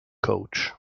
coach